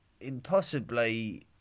impossibly